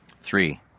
Three